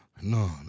No